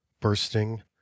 bursting